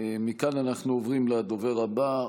מכאן אנחנו עוברים לדובר הבא,